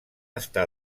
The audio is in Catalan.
està